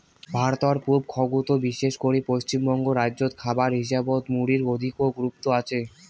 ভারতর পুব খণ্ডত বিশেষ করি পশ্চিমবঙ্গ রাইজ্যত খাবার হিসাবত মুড়ির অধিকো গুরুত্ব আচে